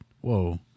Whoa